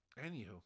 anywho